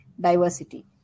diversity